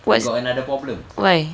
what's why